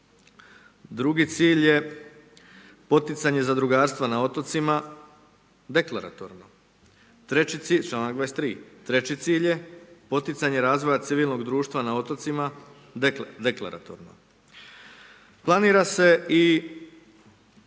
Drugi cilj je poticanje zadrugarstva na otocima deklaratorno, članak 23. Treći cilj je poticanje razvoja civilnog društva na otocima deklaratorno. Planira se i